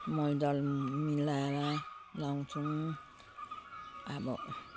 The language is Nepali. मलदल मिलाएर लगाउँछौँ अब